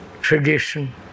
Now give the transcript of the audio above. tradition